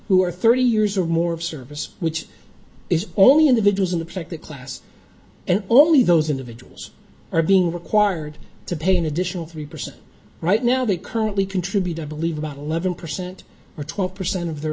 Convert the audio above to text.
who are thirty years or more of service which is only individuals in the protected class and only those individuals are being required to pay an additional three percent right now they currently contribute i believe about eleven percent or twelve percent of their